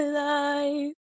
life